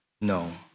no